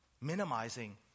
minimizing